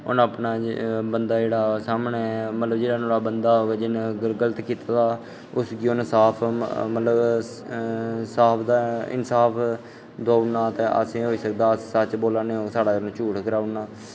उ'नें बंदा मतलब जेह्ड़ा सामनै जिन्न अगर गल्त कीते दा उसगी उन्न साफ मतलब इंसाफ देई ओड़ना अस होई सकदा सच्च बोला करने होन तां साढ़ा उन्न झूठ कराई ओड़ना